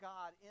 God